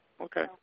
Okay